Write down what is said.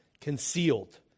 concealed